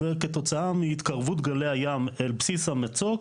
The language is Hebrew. וכתוצאה מהתקרבות גלי הים אל בסיס המצוק.